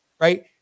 right